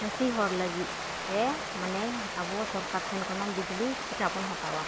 ᱪᱟᱹᱥᱤ ᱦᱚᱲ ᱞᱟᱹᱜᱤᱫᱛᱮ ᱢᱟᱱᱮ ᱟᱵᱚ ᱥᱚᱨᱠᱟᱨ ᱴᱷᱮᱱ ᱠᱷᱚᱱᱟᱜ ᱵᱤᱡᱽᱞᱤ ᱪᱤᱠᱟᱵᱚᱱ ᱦᱟᱛᱟᱣᱟ